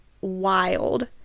wild